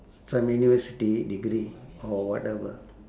s~ some university degree or whatever